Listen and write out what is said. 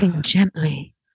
gently